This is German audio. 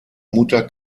mutter